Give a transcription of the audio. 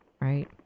right